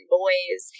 boys